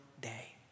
day